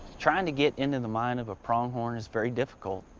trying to get into the mind of a pronghorn is very difficult.